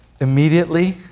immediately